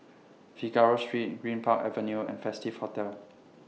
Figaro Street Greenpark Avenue and Festive Hotel